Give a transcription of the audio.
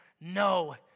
No